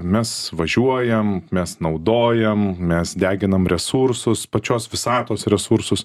mes važiuojam mes naudojam mes deginam resursus pačios visatos resursus